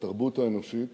לתרבות האנושית